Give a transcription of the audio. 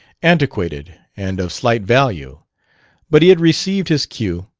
antiquated and of slight value but he had received his cue,